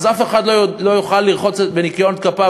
אז אף אחד לא יוכל לרחוץ בניקיון כפיו